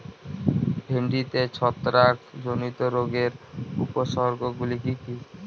ভিন্ডিতে ছত্রাক জনিত রোগের উপসর্গ গুলি কি কী?